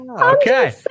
Okay